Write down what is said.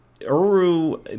uru